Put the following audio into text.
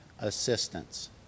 assistance